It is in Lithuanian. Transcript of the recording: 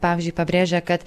pavyzdžiui pabrėžia kad